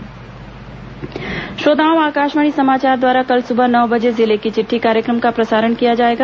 जिले की चिटठी श्रोताओं आकाशवाणी समाचार द्वारा कल सुबह नौ बजे जिले की चिट्ठी कार्यक्रम का प्रसारण किया जाएगा